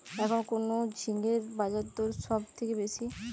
এখন কোন ঝিঙ্গের বাজারদর সবথেকে বেশি?